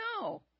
No